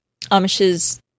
Amish's